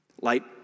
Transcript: Light